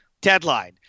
Deadline